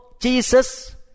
Jesus